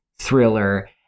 thriller